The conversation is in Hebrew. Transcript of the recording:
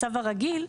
הצו הרגיל.